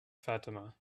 fatima